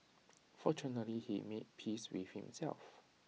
fortunately he made peace with himself